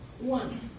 One